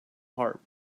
harp